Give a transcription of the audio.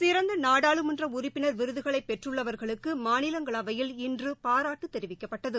சிறந்த நாடாளுமன்ற உறுப்பினர் விருதுகளைப் பெற்றுள்ளவர்களுக்கு மாநிலங்களவையில் இன்று பாராட்டு தெரிவிக்கப்பட்டது